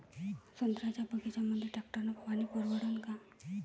संत्र्याच्या बगीच्यामंदी टॅक्टर न फवारनी परवडन का?